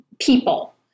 people